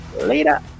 Later